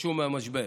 יתאוששו מהמשבר.